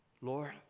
Lord